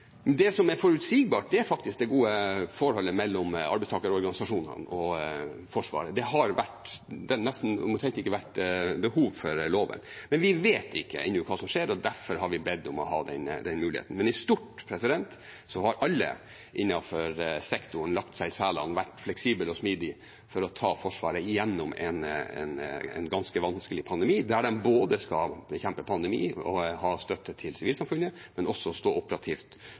Men det som er forutsigbart, er faktisk det gode forholdet mellom arbeidstakerorganisasjonene og Forsvaret. Det har omtrent ikke vært behov for loven, men vi vet ikke ennå hva som skjer, og derfor har vi bedt om å ha den muligheten. Men i stort har alle innenfor sektoren lagt seg i selen og vært fleksible og smidige for å ta Forsvaret gjennom en ganske vanskelig pandemi, der de skal bekjempe pandemi og ha støtte til sivilsamfunnet, men også stå operativt